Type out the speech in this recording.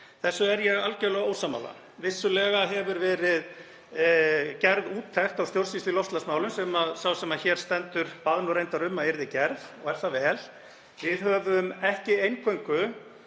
Þessu er ég algjörlega ósammála. Vissulega hefur verið gerð úttekt á stjórnsýslu í loftslagsmálum sem sá sem hér stendur bað nú reyndar um að yrði gerð og er það vel. Við höfum ekki eingöngu